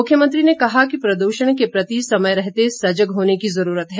मुख्यमंत्री ने कहा कि प्रदूषण के प्रति समय रहते सजग होने की जरूरत है